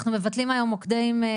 אנחנו מבטלים היום מוקדים?